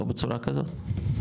לא בצורה כזאת.